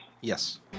Yes